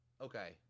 Okay